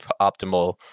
optimal